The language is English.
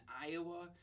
Iowa